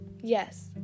yes